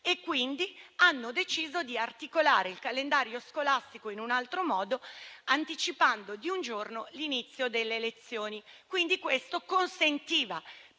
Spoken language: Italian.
quindi hanno deciso di articolare il calendario scolastico in un altro modo, anticipando di un giorno l'inizio delle lezioni. Questo consentiva,